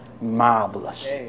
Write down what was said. Marvelous